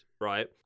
right